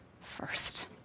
first